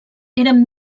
eren